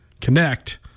connect